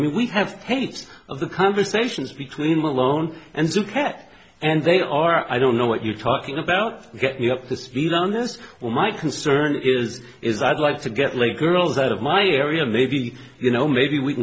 mean we have hate of the conversations between malone and the cat and they are i don't know what you're talking about get me up to speed on this well my concern is is i'd like to get laid girls out of my area maybe you know maybe we